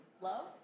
love